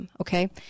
Okay